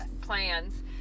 plans